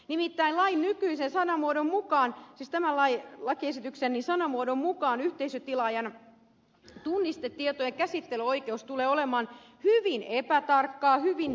mitä lain nykyisen sanamuodon mukaan nimittäin tämän lakiesityksen sanamuodon mukaan yhteisötilaajan tunnistetietojen käsittelyoikeus tulee olemaan hyvin epätarkkaa hyvin tulkinnanvaraista